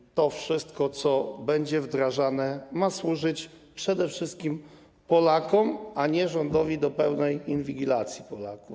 I to wszystko, co będzie wdrażane, ma służyć przede wszystkim Polakom, a nie rządowi do pełnej inwigilacji Polaków.